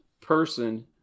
person